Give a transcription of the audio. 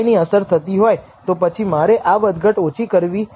501 થાય છે